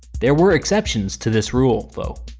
there were exceptions to this rule, though.